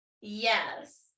yes